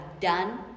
done